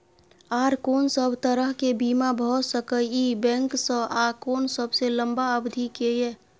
आर कोन सब तरह के बीमा भ सके इ बैंक स आ कोन सबसे लंबा अवधि के ये?